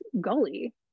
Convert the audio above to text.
gully